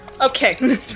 Okay